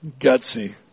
Gutsy